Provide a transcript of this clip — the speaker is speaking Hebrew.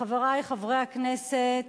חברי חברי הכנסת,